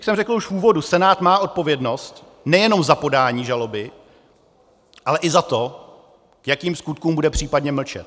Jak jsem řekl v úvodu, Senát má odpovědnost nejenom za podání žaloby, ale i za to, k jakým skutkům bude případně mlčet.